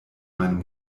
meine